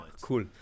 Cool